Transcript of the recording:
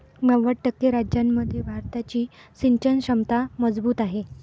नव्वद टक्के राज्यांमध्ये भारताची सिंचन क्षमता मजबूत आहे